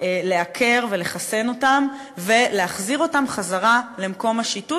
לעקר ולחסן אותם ולהחזיר אותם למקום השיטוט,